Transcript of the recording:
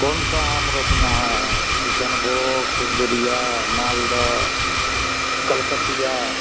कौनसा आम रोपना किसन भोग सिंदुरिया मालदा कलकतिया